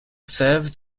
serve